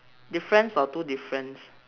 difference or two difference